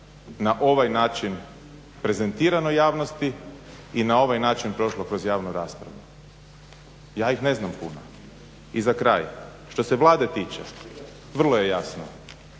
na ovaj način prezentirano javnosti i na ovaj način prošlo kroz javnu raspravu? Ja ih ne znam puno. I za kraj. Što se Vlade tiče, vrlo je jasno.